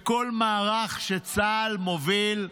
בכל מערך שצה"ל מוביל.